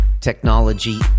technology